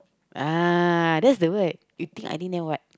ah that's the word you think I think then what